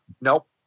Nope